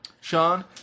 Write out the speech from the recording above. Sean